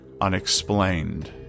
unexplained